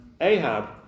Ahab